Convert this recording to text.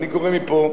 אני קורא מפה,